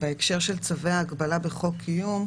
שבהקשר של צווי ההגבלה בחוק קיום,